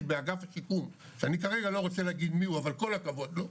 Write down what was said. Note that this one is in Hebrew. באגף השיקום שאני כרגע לא רוצה להגיד מיהו אבל כל הכבוד לו,